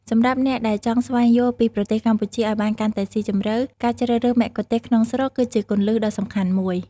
សម្រាប់អ្នកដែលចង់ស្វែងយល់ពីប្រទេសកម្ពុជាឲ្យបានកាន់តែស៊ីជម្រៅ ការជ្រើសរើសមគ្គុទ្ទេសក៍ក្នុងស្រុកគឺជាគន្លឹះដ៏សំខាន់មួយ